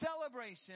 celebration